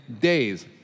days